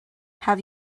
have